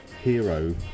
hero